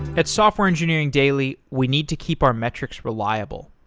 at software engineering daily, we need to keep our metrics reliable.